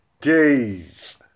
Jeez